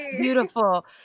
beautiful